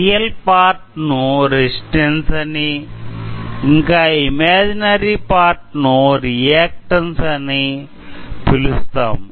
real part ను resistance అని ఇంకా ఇమాజినరి పార్ట్ ను రియాక్టన్సు అని పిలుస్తాము